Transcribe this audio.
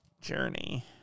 Journey